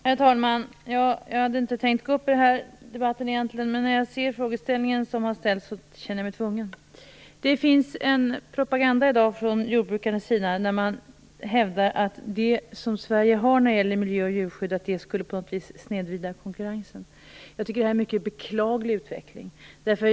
Herr talman! Jag hade inte tänkt gå upp i debatten egentligen, men när jag hör frågeställningen känner jag mig tvungen. Det finns i dag en propaganda från jordbrukarna där det hävdas att Sveriges krav på miljö och djurskydd på något vis skulle snedvrida konkurrensen. Jag tycker att det är en mycket beklaglig utveckling.